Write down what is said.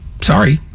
sorry